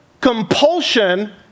compulsion